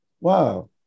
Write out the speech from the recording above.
Wow